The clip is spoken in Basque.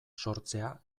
sortzea